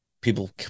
people